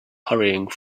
hurrying